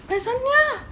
just like that ah